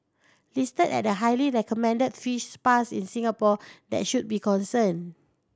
listed at the highly recommended fish spas in Singapore that should be concerned